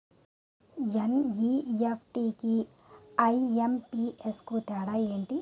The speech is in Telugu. ఎన్.ఈ.ఎఫ్.టి కు ఐ.ఎం.పి.ఎస్ కు తేడా ఎంటి?